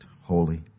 holy